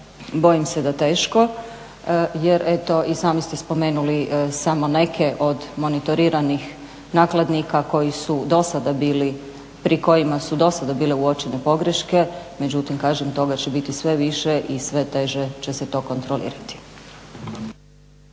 bojim se da teško jer eto i sami ste spomenuli samo neke od monitoriranih nakladnika pri kojima su do sada bile uočene pogreške. Međutim kažem toga će biti sve više i sve teže će se to kontrolirati.